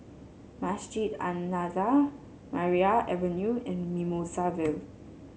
Masjid An Nahdhah Maria Avenue and Mimosa Vale